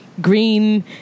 green